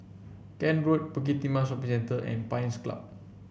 Kent Road Bukit Timah Shopping Centre and Pines Club